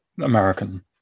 American